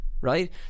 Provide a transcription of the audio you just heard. right